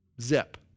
Zip